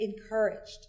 encouraged